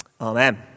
Amen